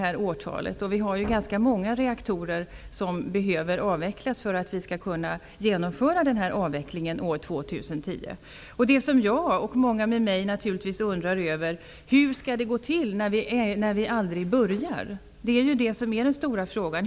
Om avvecklingen skall vara genomförd år 2010 är det ju ganska många reaktorer som skall avvecklas. Det som jag och många med mig undrar över är naturligtvis hur det skall gå till vi när aldrig börjar med avvecklingen. Det är den stora frågan.